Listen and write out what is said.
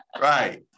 right